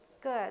Good